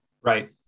Right